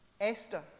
Esther